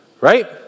right